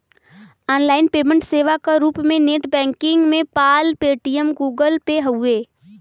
online payment सेवा क रूप में net banking PayPal, Paytm, Google Pay हउवे